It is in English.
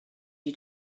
you